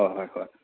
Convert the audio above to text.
ꯍꯣꯏ ꯍꯣꯏ ꯍꯣꯏ